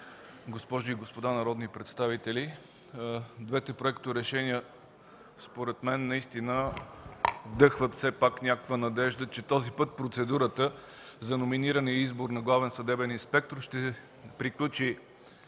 госпожи и господа народни представители, двете проекторешения според мен наистина вдъхват все пак някаква надежда, че този път процедурата за номиниране и избор на главен съдебен инспектор ще приключи